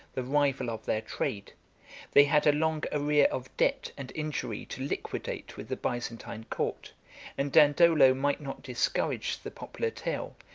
the rival of their trade they had a long arrear of debt and injury to liquidate with the byzantine court and dandolo might not discourage the popular tale,